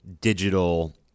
digital